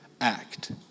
act